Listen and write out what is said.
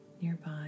nearby